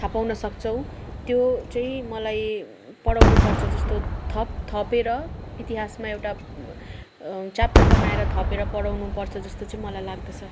थाहा पाउन सक्छौँ त्यो चाहिँ मलाई पढाउनु पर्छ जस्तो थप थपेर इतिहासमा एउटा च्याप्टर बनाएर थपेर पढाउनु पर्थ्यो जस्तो चाहिँ मलाई लाग्दछ